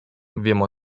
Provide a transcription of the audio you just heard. wiem